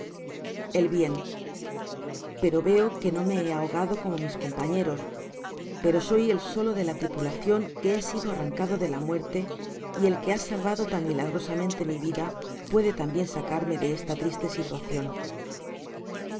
nadie con pero veo que no me he ahogado como mis compañeros pero soy el solo de la tripulacion que he sido arrancado de la muerte y e que ha salvado tan milagrosamente mi vida puede tambien sacarme de esta triste situacion